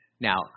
Now